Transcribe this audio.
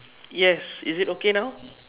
yes is it okay now